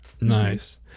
nice